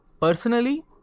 personally